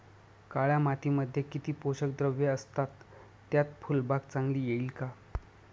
काळ्या मातीमध्ये किती पोषक द्रव्ये असतात, त्यात फुलबाग चांगली येईल का?